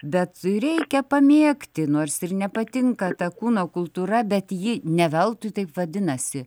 bet reikia pamėgti nors ir nepatinka ta kūno kultūra bet ji ne veltui taip vadinasi